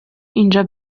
اینجا